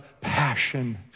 passion